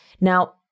now